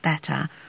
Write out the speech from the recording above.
better